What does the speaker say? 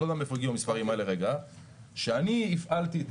אני לא יודע מאיפה הגיעו המספרים האלה כשאני הפעלתי את